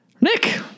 Nick